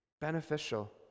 beneficial